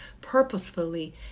purposefully